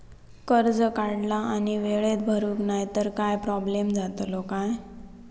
कर्ज काढला आणि वेळेत भरुक नाय तर काय प्रोब्लेम जातलो काय?